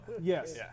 Yes